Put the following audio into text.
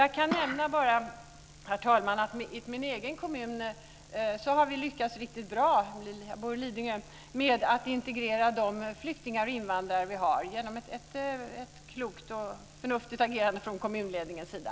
I min hemkommun, Lidingö, har man lyckats riktigt bra med att integrera de flyktingar och invandrare som bor där genom ett klokt och förnuftigt agerande från kommunledningens sida.